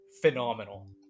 phenomenal